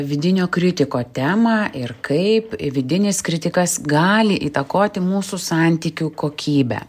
vidinio kritiko temą ir kaip vidinis kritikas gali įtakoti mūsų santykių kokybę